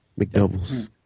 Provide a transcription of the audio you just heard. McDoubles